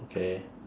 okay